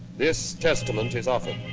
this testament is offered.